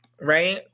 Right